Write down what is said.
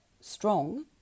strong